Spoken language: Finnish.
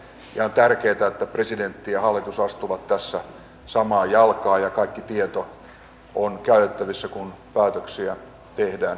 on tärkeätä että presidentti ja hallitus astuvat tässä samaa jalkaa ja kaikki tieto on käytettävissä kun päätöksiä tehdään